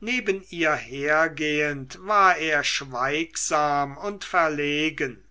neben ihr hergehend war er schweigsam und verlegen